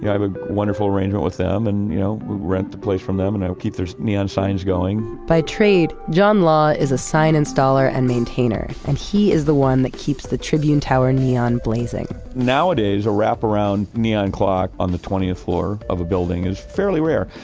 yeah i have a wonderful arrangement with them. we and you know rent the place from them and i will keep their neon signs going by trade, john law is a sign installer and maintainer. and he is the one that keeps the tribune tower neon blazing nowadays, a wraparound neon clock on the twentieth floor of a building is fairly rare.